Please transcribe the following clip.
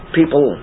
people